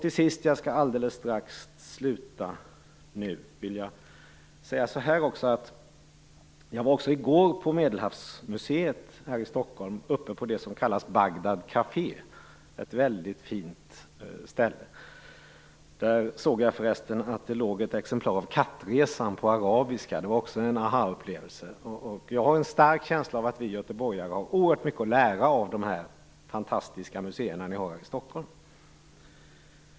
I går besökte jag Medelhavsmuseet här i Stockholm. Jag besökte Bagdad Café där, ett väldigt fint ställe. Jag såg att det låg framme ett exemplar av Kattresan på arabiska. Det var också en ahaupplevelse. Jag har en stark känsla av att vi göteborgare har oerhört mycket att lära av de fantastiska museer som finns i Stockholm.